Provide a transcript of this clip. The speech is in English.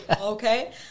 Okay